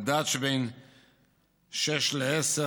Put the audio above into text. מדד של 6 10,